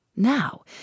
Now